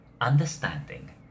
understanding